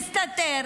מסתתר